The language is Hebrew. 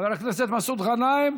חבר הכנסת מסעוד גנאים,